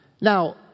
Now